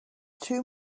too